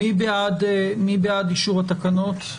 מי בעד אישור התקנות?